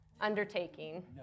undertaking